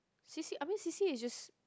C_C I mean C_C_A is just